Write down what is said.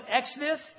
Exodus